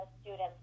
students